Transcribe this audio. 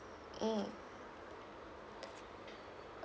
mm